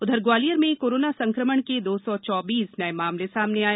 उधर ग्वालियर में कोरोना संकमण के दो सौ चौबीस नये मामले सामने आये